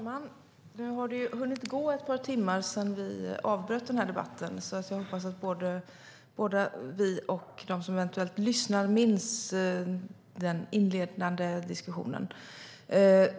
Herr talman! Det har hunnit gå ett par timmar sedan vi avbröt denna debatt. Jag hoppas att både vi och de som eventuellt lyssnar minns den inledande diskussionen.